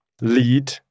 lead